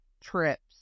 trips